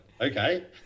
Okay